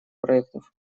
проектов